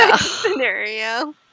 scenario